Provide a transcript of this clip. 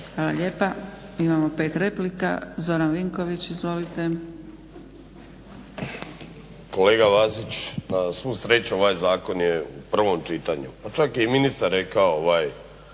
Hvala lijepa. Imamo pet replika. Zoran Vinković izvolite. **Vinković, Zoran (HDSSB)** Kolega Lazić na svu sreću ovaj zakon je u prvom čitanju. Pa čak je i ministar rekao ovaj